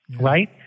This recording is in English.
right